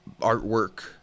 artwork